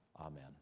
Amen